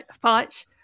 fight